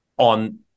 on